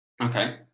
Okay